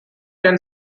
can